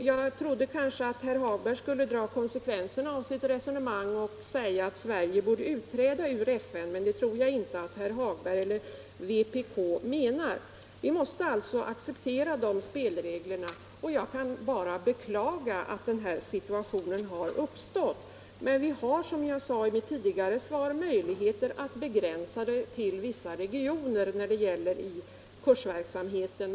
Jag trodde att herr Hagberg skulle dra konsekvenserna av sitt resonemang och hävda att Sverige borde utträda ur FN, men det tror jag inte att herr Hagberg eller vpk menar. Vi måste alltså acceptera spelreglerna. Jag kan bara beklaga att den här situationen har uppstått. Vi har som jag sade i mitt tidigare svar möjlighet att begränsa kurserna till deltagare från vissa regioner.